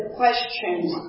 questions